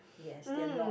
yes they are not